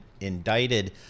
indicted